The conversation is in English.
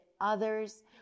others